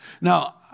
Now